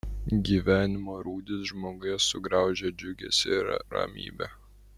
gyvenimo rūdys žmoguje sugraužia džiugesį ir ramybę